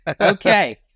Okay